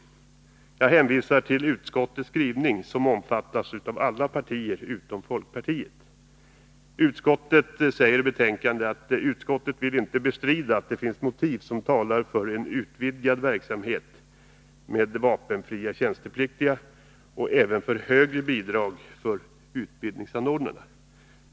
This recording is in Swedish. Jag hänvisar till utskottets skrivning, som omfattas av alla partier utom folkpartiet. Utskottet säger i betänkandet: ”Utskottet vill inte bestrida att det finns motiv som talar för en utvidgad verksamhet med vapenfria tjänstepliktiga och även för högre bidrag för utbildningsanordnarna.